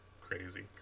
crazy